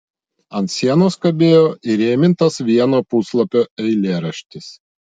ant sienos kabėjo įrėmintas vieno puslapio eilėraštis